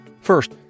First